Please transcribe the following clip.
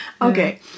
Okay